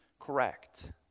correct